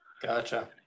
Gotcha